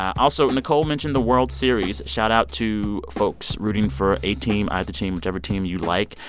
also, nicole mentioned the world series. shoutout to folks rooting for a team, either team, whichever team you like.